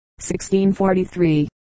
1643